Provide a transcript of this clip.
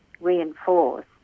reinforce